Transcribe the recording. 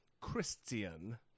Christian